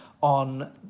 on